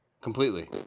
completely